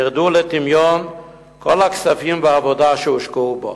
ירדו לטמיון כל הכספים והעבודה שהושקעו בו".